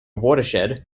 watershed